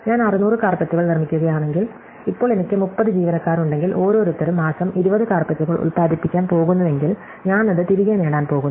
ഞാൻ 600 കാര്പെറ്റുകൾ നിർമ്മിക്കുകയാണെങ്കിൽ ഇപ്പോൾ എനിക്ക് 30 ജീവനക്കാരുണ്ടെങ്കിൽ ഓരോരുത്തരും മാസം 20 കാര്പെറ്റുകൾ ഉത്പാദിപ്പിക്കാൻ പോകുന്നുവെങ്കിൽ ഞാൻ അത് തിരികെ നേടാൻ പോകുന്നു